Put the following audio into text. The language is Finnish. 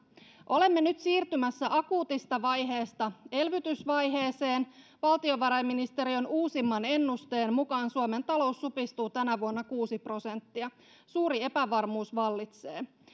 olemme nyt siirtymässä akuutista vaiheesta elvytysvaiheeseen valtiovarainministeriön uusimman ennusteen mukaan suomen talous supistuu tänä vuonna kuusi prosenttia suuri epävarmuus vallitsee